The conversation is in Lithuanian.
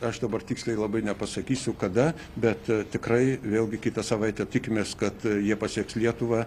aš dabar tiksliai labai nepasakysiu kada bet tikrai vėlgi kitą savaitę tikimės kad jie pasieks lietuvą